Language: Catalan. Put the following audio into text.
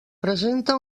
presenta